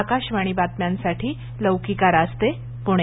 आकाशवाणी बातम्यांसाठी लौकिका रास्ते पुणे